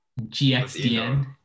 GXDN